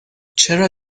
چرا